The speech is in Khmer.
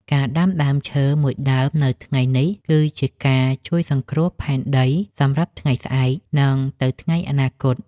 ការដាំដើមឈើមួយដើមនៅថ្ងៃនេះ គឺជាការជួយសង្គ្រោះផែនដីសម្រាប់ថ្ងៃស្អែក និងទៅថ្ងៃអនាគត។